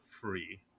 free